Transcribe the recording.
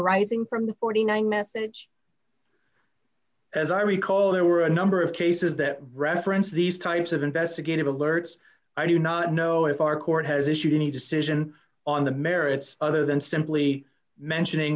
rising from the forty nine message as i recall there were a number of cases that referenced these types of investigative alerts i do not know if our court has issued any decision on the merits other than simply mentioning